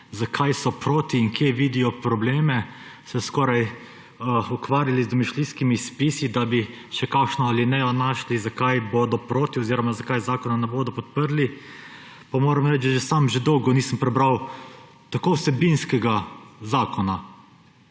zakaj so proti in kje vidijo probleme, se skoraj ukvarjali z domišljijskimi spisi, da bi še kakšno alinejo našli, zakaj bodo proti oziroma zakaj zakona ne bodo podprli, da sam že dolgo nisem prebral tako vsebinskega zakona.